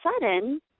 sudden